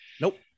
Nope